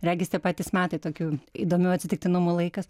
regis tie patys metai tokių įdomių atsitiktinumų laikas